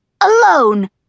alone